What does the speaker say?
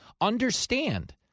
Understand